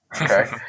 okay